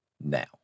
now